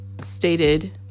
stated